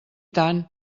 tant